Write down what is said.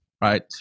right